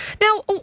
Now